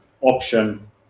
option